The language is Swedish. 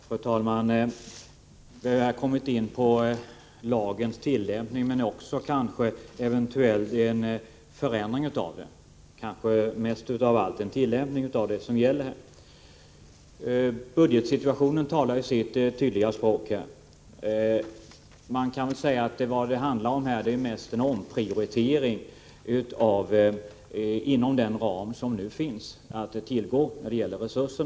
Fru talman! Vi har kommit in på lagens tillämpning men också en eventuell förändring av lagen. Det är kanske mest av allt en tillämpning av lagen det gäller. Budgetsituationen talar ju sitt tydliga språk. Vad det handlar om är mest en omprioritering inom den ram som nu finns när det gäller resurser.